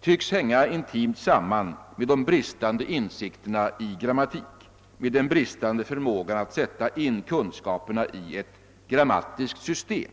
tycks intimt hänga samman med de bristande insikterna i grammatik, med den bristande förmågan att sätta in kunskaperna i ett grammatiskt system.